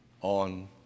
on